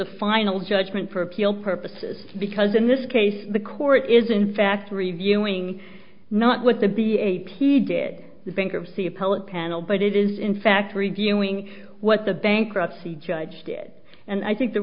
a final judgment for appeal purposes because in this case the court is in fact reviewing not what the b a p did the bankruptcy appellate panel but it is in fact reviewing what the bankruptcy judge did and i think the